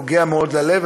נוגע מאוד ללב,